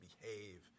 behave